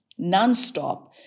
nonstop